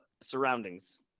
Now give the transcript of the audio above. surroundings